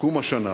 לסיכום השנה,